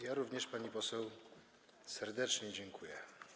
Ja również pani poseł serdecznie dziękuję.